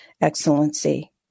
excellency